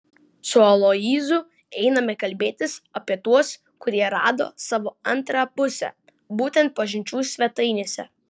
su aloyzu einame kalbėtis apie tuos kurie rado savo antrą pusę būtent pažinčių svetainėse